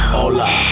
Hola